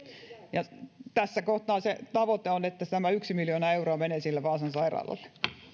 tässä kohtaa se tavoite on että tämä yhtenä miljoona euroa menee sille vaasan sairaalalle